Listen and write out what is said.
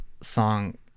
song